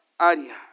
área